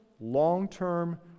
long-term